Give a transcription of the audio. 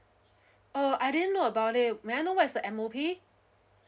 uh I didn't know about it may I know what is the M O P